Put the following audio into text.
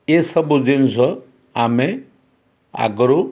ଏସବୁ ଜିନିଷ ଆମେ ଆଗରୁ